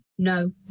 No